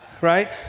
Right